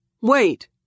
Wait